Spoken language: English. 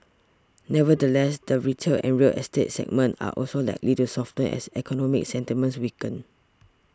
nevertheless the retail and real estate segments are also likely to soften as economic sentiments weaken